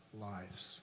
lives